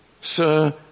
Sir